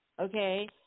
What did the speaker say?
okay